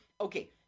Okay